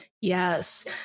Yes